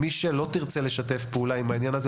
מי שלא תרצה לשתף פעולה עם העניין הזה,